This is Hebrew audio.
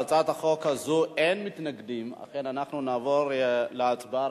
להצעת חוק זו אין מתנגדים, לכן נעבור להצבעה.